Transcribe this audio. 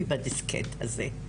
השינוי בדיסקט הזה,